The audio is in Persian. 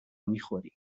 میخوری